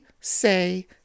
say